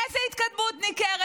איזו התקדמות ניכרת?